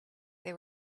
they